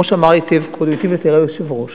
כמו שהיטיב לתאר היושב-ראש,